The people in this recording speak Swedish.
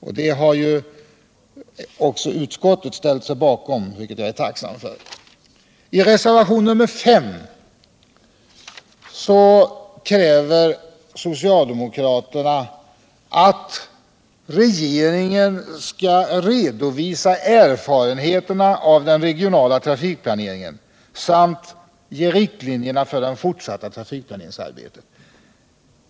Detta har också utskottet ställt sig bakom, vilket jag är tacksam för. I reservationen 5 kräver socialdemokraterna att regeringen skall redovisa ”erfarenheterna av den regionala trafikplaneringen samt riktlinjer för det fortsatta regionala trafikplaneringsarbetet”.